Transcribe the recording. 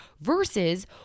Versus